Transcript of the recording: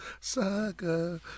sucker